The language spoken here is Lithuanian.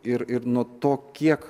ir ir nuo to kiek